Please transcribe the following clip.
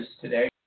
today